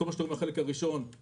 החלק הראשון הוא